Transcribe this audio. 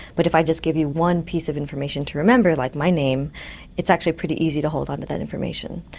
but if i just give you one piece of information to remember like my name it's actually pretty easy to hold onto that information.